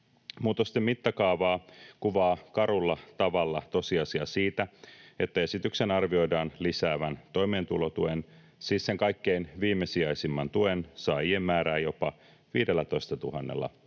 Muutosten mittakaavaa kuvaa karulla tavalla tosiasia siitä, että esityksen arvioidaan lisäävän toimeentulotuen, siis sen kaikkein viimesijaisimman tuen, saajien määrää jopa 15 000 kotitaloudella.